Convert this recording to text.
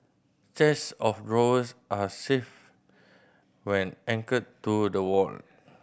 chest of drawers are safe when anchored to the wall